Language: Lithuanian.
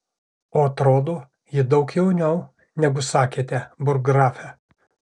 o atrodo ji daug jauniau negu sakėte burggrafe